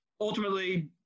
ultimately